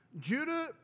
Judah